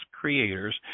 creators